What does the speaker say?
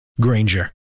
Granger